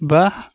بَہہ